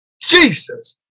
Jesus